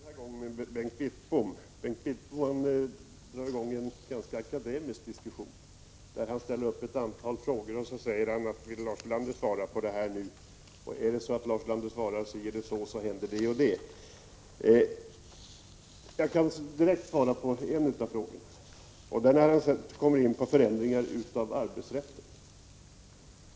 Fru talman! Jag skall den här gången börja med Bengt Wittbom. Bengt Wittbom satte i gång en ganska akademisk diskussion. Han ställde ett antal frågor och frågade om jag ville svara. Sedan sade han att om Lars Ulander svarar si eller så händer det eller det. Jag kan direkt svara på en av frågorna, nämligen på frågan om förändringar när det gäller arbetsrätten.